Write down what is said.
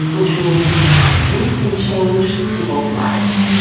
which means reid can change people's lives,